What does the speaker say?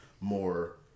more